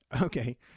Okay